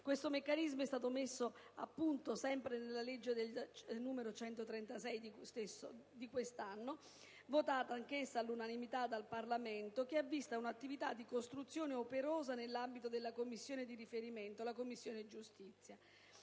Questo meccanismo è stato messo a punto nella legge n. 136 del 2010, votata anch'essa all'unanimità dal Parlamento, che ha visto un'attività di costruzione operosa nell'ambito della Commissione di riferimento, cioè la Commissione giustizia.